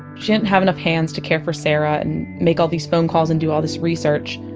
she didn't have enough hands to care for sarah and make all these phone calls and do all this research.